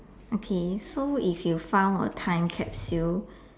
okay so if you found a time capsule